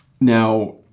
Now